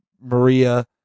Maria